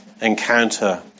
Encounter